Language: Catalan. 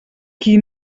qui